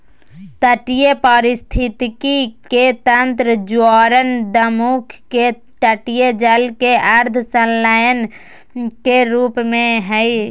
तटीय पारिस्थिति के तंत्र ज्वारनदमुख के तटीय जल के अर्ध संलग्न के रूप में हइ